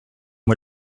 moi